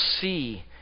see